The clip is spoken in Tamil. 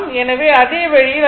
எனவே அதே வழியில் அதை எழுதலாம்